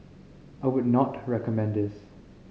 I would not recommend this